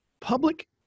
Public